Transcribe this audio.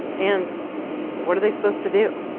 and what are they supposed to do?